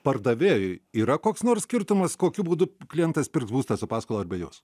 pardavėjui yra koks nors skirtumas kokiu būdu klientas pirks būstą su paskola ar be jos